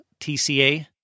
TCA